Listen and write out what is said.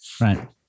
Right